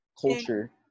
culture